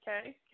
okay